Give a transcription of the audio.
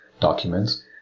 documents